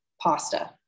pasta